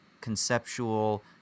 conceptual